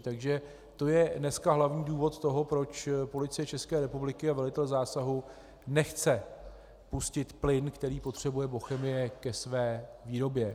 Takže to je dnes hlavní důvod toho, proč Policie České republiky a velitel zásahu nechce pustit plyn, který potřebuje Bochemie ke své výrobě.